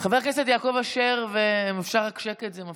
חבר הכנסת יעקב אשר, אם אפשר רק שקט, זה מפריע.